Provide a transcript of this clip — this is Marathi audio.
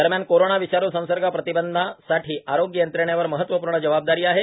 दरम्यान कोरोना विषाण् संसर्ग प्रतिबंधासाठी आरोग्य यंत्रणेवर महत्वपूर्ण जबाबदारी आहे